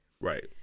Right